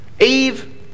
Eve